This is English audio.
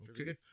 Okay